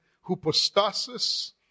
hypostasis